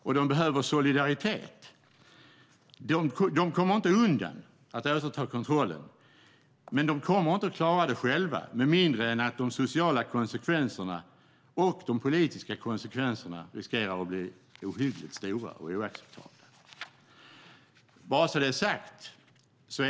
Och de behöver solidaritet. De kommer inte undan att återta kontrollen, men de kommer inte att klara det själva med mindre än att de sociala och politiska konsekvenserna riskerar att bli ohyggligt stora och oacceptabla.